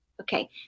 Okay